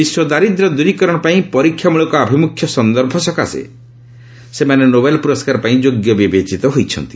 ବିଶ୍ୱ ଦାରିଦ୍ର୍ୟ ଦୁରୀକରଣ ପାଇଁ ପରୀକ୍ଷା ମୂଳକ ଆଭିମୁଖ୍ୟ ସନ୍ଦର୍ଭ ସକାଶେ ସେମାନେ ନୋବେଲ୍ ପୁରସ୍କାର ପାଇଁ ଯୋଗ୍ୟ ବିବେଚିତ ହୋଇଛନ୍ତି